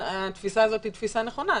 התפיסה הזאת היא תפיסה נכונה,